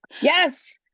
Yes